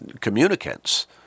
communicants